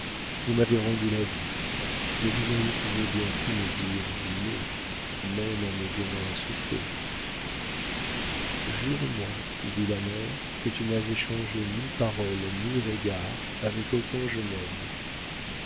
vous m'avez rendu la vie mais vous auriez toujours bien pu me dire dumay même en me donnant un soufflet jure-moi dit la mère que tu n'as échangé ni parole ni regard avec aucun jeune homme